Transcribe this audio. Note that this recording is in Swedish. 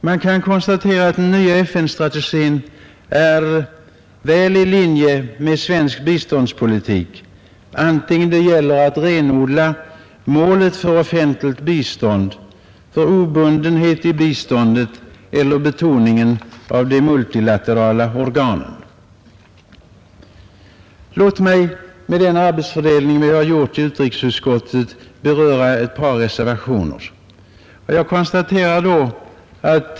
Man kan konstatera att den nya FN-strategin ligger väl i linje med svensk biståndspolitik, antingen det gäller att renodla målet för offentligt bistånd obundenhet i biståndet eller betoningen av de multilaterala organen. Låt mig, med den arbetsfördelning vi har gjort i utrikesutskottet, beröra ett par reservationer.